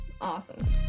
awesome